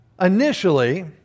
initially